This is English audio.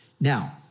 Now